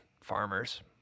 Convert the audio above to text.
farmers